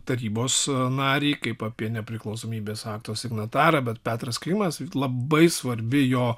tarybos narį kaip apie nepriklausomybės akto signatarą bet petras klimas labai svarbi jo